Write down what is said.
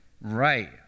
right